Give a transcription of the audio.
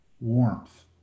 warmth